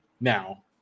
now